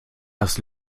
das